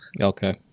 okay